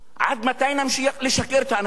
עד מתי נמשיך לשקר לאנשים?